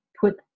put